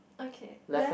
okay left